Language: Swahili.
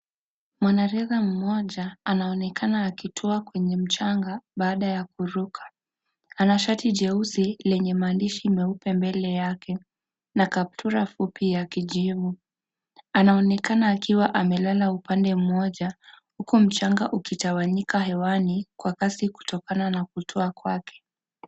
Mwanariadha mmoja anaonekana akitua kwenye mchanga baada ya kuruka. Ana shati jeusi lenye maandishi meupe mbele yake na kaptura fupi ya kijivu. Anaonekana akiwa amelala upande mmoja huku mchanga ukitawanyika hewani kwa kasi kutoka na kutua kwake.